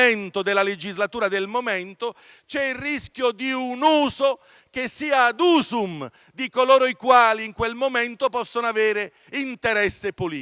del momento, c'è il rischio di un uso che sia *ad usum* di coloro i quali in quel momento possono avere interesse politico.